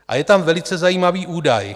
A je tam velice zajímavý údaj.